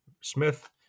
Smith